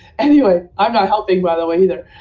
anyway, i'm not helping, by the way, either.